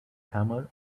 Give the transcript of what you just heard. hammer